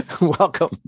Welcome